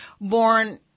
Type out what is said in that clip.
born